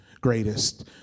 greatest